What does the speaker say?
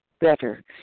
better